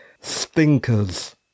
stinkers